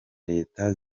leta